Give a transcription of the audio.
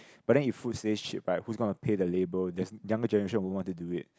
but then if food stays cheap right who's gonna pay the labour there's younger generation won't want to do it